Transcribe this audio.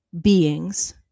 beings